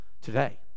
today